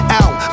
out